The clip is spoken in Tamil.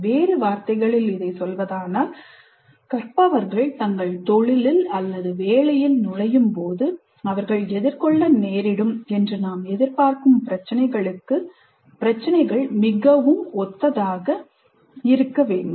வேறு வார்த்தைகளில் கூறுவதானால் கற்பவர்கள் தங்கள் தொழிலில் அல்லது வேலையில் நுழையும்போது அவர்கள் எதிர்கொள்ள நேரிடும் என்று நாம் எதிர்பார்க்கும் பிரச்சினைகளுக்கு பிரச்சினைகள் மிகவும் ஒத்ததாக இருக்க வேண்டும்